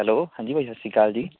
hello ਹਾਂਜੀ ਭਾ ਜੀ ਸਤਿ ਸ਼੍ਰੀ ਅਕਾਲ ਜੀ